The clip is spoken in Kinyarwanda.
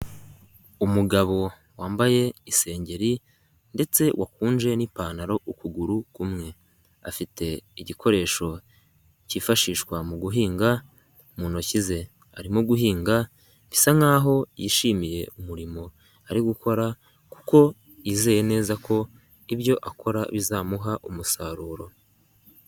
Umugabo wambaye isengeri ndetse wakonje n'ipantaro ukuguru kumwe, afite igikoresho cyifashishwa mu guhinga, mu ntoki ze arimo guhinga, bisa nkaho yishimiye umurimo ari gukora kuko yizeye neza ko ibyo akora bizamuha umusaruro.